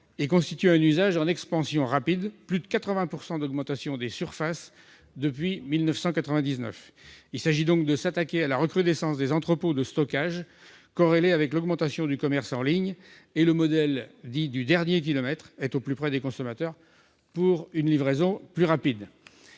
et constitue un usage en expansion rapide, avec plus de 80 % d'augmentation des surfaces depuis 1999. Il s'agit donc de s'attaquer à la recrudescence des entrepôts de stockage, corrélée à l'augmentation du commerce en ligne et au modèle dit du « dernier kilomètre »- être au plus près des consommateurs pour une livraison plus rapide.